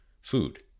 food